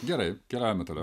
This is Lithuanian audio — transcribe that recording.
gerai keliaujame toliau